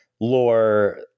lore